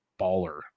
baller